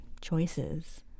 choices